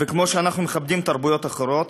וכמו שאנחנו מכבדים תרבויות אחרות,